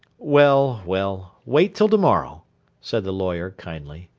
well, well! wait till to-morrow said the lawyer, kindly.